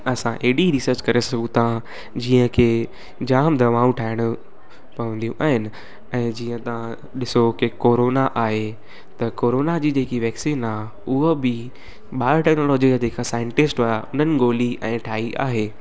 असां एॾी रिसर्च करे सघूं था जीअं की जाम दवाऊं ठाहिणु पवंदियूं आहिनि ऐं जीअं तव्हां ॾिसो की कोरोना आहे त कोरोना जी जेकी वैक्सीन आहे उहा बि बायोटैक्नोलॉजी जा जेका साइंटिस्ट हुया उन्हनि ॻोल्ही ऐं ठाही आहे